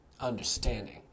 understanding